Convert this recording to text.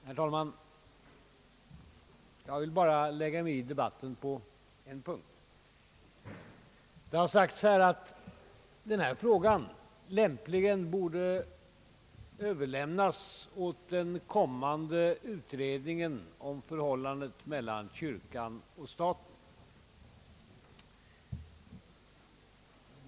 Herr talman! Jag vill bara lägga mig i debatten på en punkt. Det har sagts här att denna fråga borde överlämnas åt den kommande utredningen om förhållandet mellan kyrkan och staten.